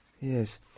Yes